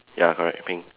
ya correct pink